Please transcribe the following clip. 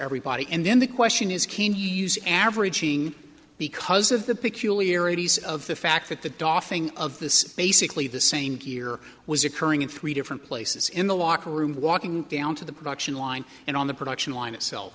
everybody and then the question is can you use averaging because of the peculiarities of the fact that the doffing of this basically the same gear was occurring in three different places in the locker room walking down to the production line and on the production line